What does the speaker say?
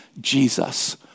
Jesus